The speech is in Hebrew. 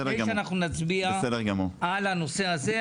לפני שאנחנו נצביע על הנושא הזה,